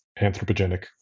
anthropogenic